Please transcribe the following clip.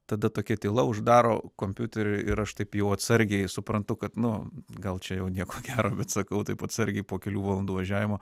tada tokia tyla uždaro kompiuterį ir aš taip jau atsargiai suprantu kad nu gal čia jau nieko gero bet sakau taip atsargiai po kelių valandų važiavimo